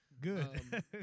Good